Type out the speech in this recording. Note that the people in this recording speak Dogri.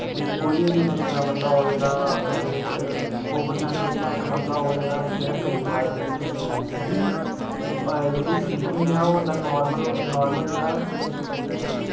कोई गै गिनेआं चुनेआं बंदा होग जेह्ड़ा ओह्दे बिच्च सौ परसैंट बिच्चा इक बंदा होग जेह्ड़ा करी पाए ओह्दे बिच्च क्योंकि जेह्ड़ी स्विमिंग ऐ ओह् बंदा नार्मल नार्मल जेह्ड़ा